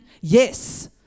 Yes